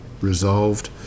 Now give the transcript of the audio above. resolved